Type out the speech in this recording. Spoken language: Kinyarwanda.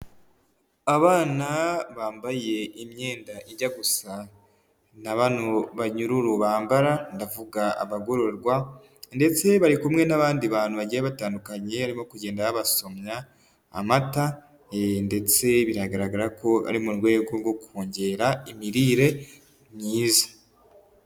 Abana bambaye imyenda ijya gusa na bano banyururu bambara, ndavuga abagororwa ndetse bari kumwe n'abandi bantu bagiye batandukanye, barimo kugenda babasomwa amata ndetse bigaragara ko ari mu rwego rwo kongera imirire myiza.